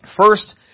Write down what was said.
First